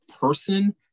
person